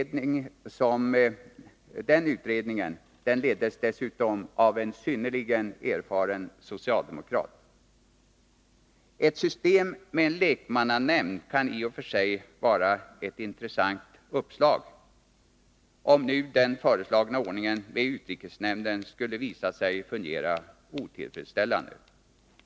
Den utredningen, KMEK, leddes dessutom av en synnerligen erfaren socialdemokrat. Ett system med en lekmannanämnd kan i och för sig vara ett intressant uppslag — om nu den föreslagna ordningen med utrikesnämnden skulle visa sig fungera otillfredsställande.